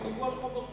הם נבנו על חורבות,